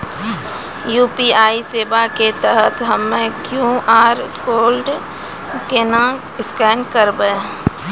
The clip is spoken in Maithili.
यु.पी.आई सेवा के तहत हम्मय क्यू.आर कोड केना स्कैन करबै?